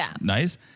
nice